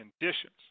conditions